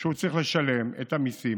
שהוא צריך לשלם, את המיסים.